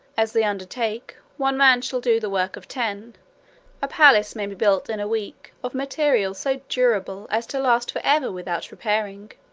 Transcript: as they undertake, one man shall do the work of ten a palace may be built in a week, of materials so durable as to last for ever without repairing.